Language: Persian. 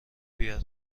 بیار